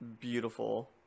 beautiful